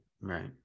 right